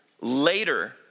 later